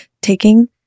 taking